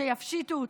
שיפשיטו אותו.